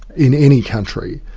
in any country,